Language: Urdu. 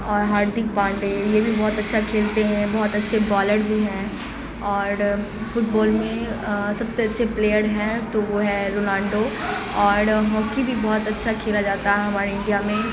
اور ہاردک پانڈے یہ بھی بہت اچھا کھیلتے ہیں بہت اچھے بالر بھی ہیں اور فٹ بال میں سب سے اچھے پلیئر ہیں تو وہ ہیں رونالڈو اور ہاکی بھی بہت اچھا کھیلا جاتا ہے ہمارے انڈیا میں